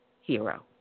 hero